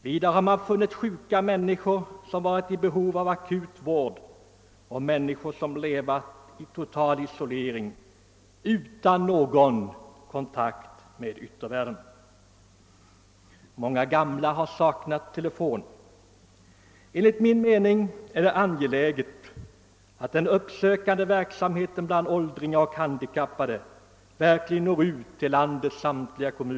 Vidare har man funnit sjuka människor som varit i behov av akut vård och människor som levt i total isolering utan någon kontakt med yttervärlden. Många gamla har saknat telefon. Enligt min mening är det angeläget att den uppsökande verksamheten bland åldringar och handikappade verkligen når ut till landets samtliga kommuner.